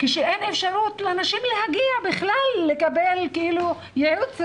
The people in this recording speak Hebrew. כשאין אפשרות לנשים להגיע בכלל לקבל ייעוץ רפואי.